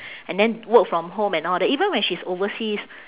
and then work from home and all that even when she's overseas